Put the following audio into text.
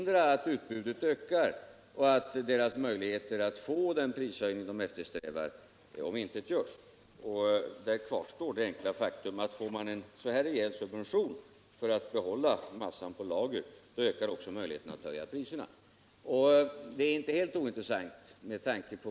Är statsrådet beredd att redovisa dels i vilken utsträckning åtgärder tidigare vidtagits för att komma till rätta med dessa problem, dels om statsrådet ämnar vidta åtgärder för att komma till rätta med de sociala problem som orsakar och orsakas av barnoch ungdomsprostitutionen?